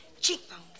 Cheekbones